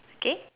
okay